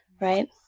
right